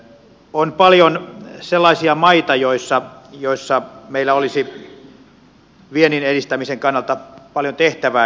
on paljon sellaisia maita joissa meillä olisi viennin edistämisen kannalta paljon tehtävää